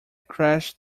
crash